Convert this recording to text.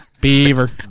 Beaver